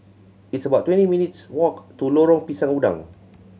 it's about twenty minutes' walk to Lorong Pisang Udang